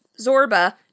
Zorba